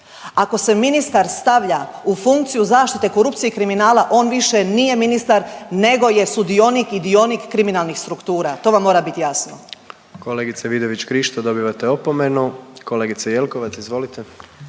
Ako se ministar stavlja u funkciju zaštite korupcije i kriminala on više nije minitar nego je sudionik i dionik kriminalnih struktura. To vam mora biti jasno. **Jandroković, Gordan (HDZ)** Kolegice Vidović-Krišto dobivate opomenu. Kolegice Jelkovac, izvolite.